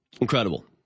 incredible